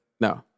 No